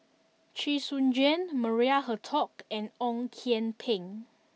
Chee Soon Juan Maria Hertogh and Ong Kian Peng